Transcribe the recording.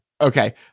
Okay